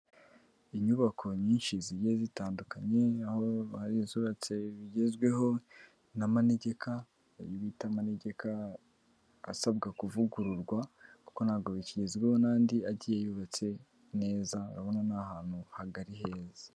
Inyubako nyinshi zigiye zitandukanye, aho hari izubatse bigezweho, n'amanegeka, ayo bita manegeka asabwa kuvugururwa kuko ntabwo bikigezweho n'andi agiye yubatse neza, arabona ni ahantu hagari heza.